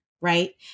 right